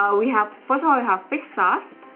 ah we have but and have fish sauce,